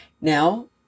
Now